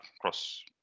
cross